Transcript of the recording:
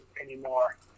anymore